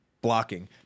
Blocking